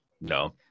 No